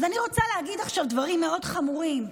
אז אני רוצה להגיד עכשיו דברים מאוד חמורים.